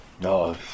No